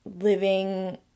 living